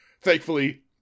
Thankfully